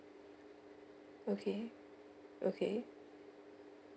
okay okay